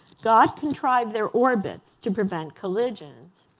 god contrived their orbits to prevent collisions.